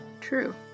true